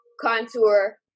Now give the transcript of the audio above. contour